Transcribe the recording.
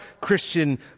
Christian